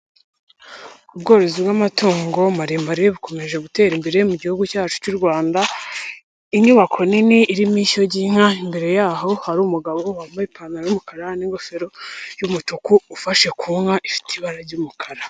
Ubworozi bw'amatungo maremare bukomeje gutera imbere mu Gihugu cyacu cy'u Rwanda. Inyubako nini irimo ishyo ry'inka imbere y'aho hari umugabo wambaye ipantaro y'umukara n'ingofero y'umutuku ufashe ku nka ifite ibara ry'umukara.